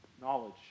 knowledge